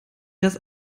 dass